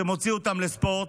שמוציא אותן לספורט.